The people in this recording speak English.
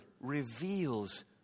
reveals